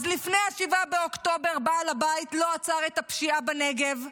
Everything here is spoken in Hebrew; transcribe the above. אז לפני 7 באוקטובר בעל הבית לא עצר את הפשיעה בנגב,